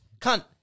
Cunt